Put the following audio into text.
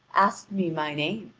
asked me my name.